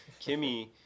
Kimmy